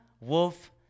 Wolf